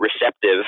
receptive